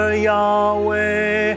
Yahweh